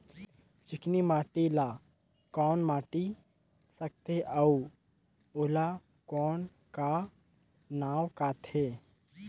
चिकनी माटी ला कौन माटी सकथे अउ ओला कौन का नाव काथे?